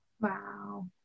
Wow